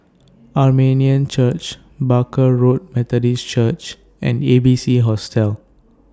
Armenian Church Barker Road Methodist Church and A B C Hostel